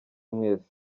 mwese